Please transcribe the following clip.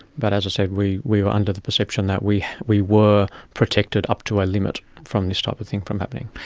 but as i said, we we were under the perception that we we were protected up to a limit from this type of thing from happening.